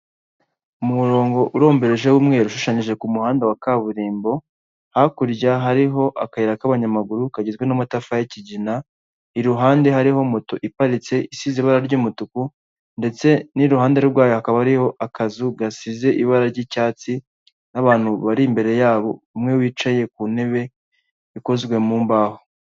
Umurongo urombereje w'umweru ushushanyije ku muhanda wa kaburimbo, hakurya hariho akayira k'abanyamaguru kagizwe n'amatafari y'ikigina, iruhande hariho moto iparitse isize ibara ry'umutuku ndetse n'iruhande rwayo hakaba hari akazu gasize ibara ry'icyatsi n'abantu bari imbere yabo, umwe wicaye ku ntebe ikozwe mu mbaho.